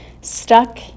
stuck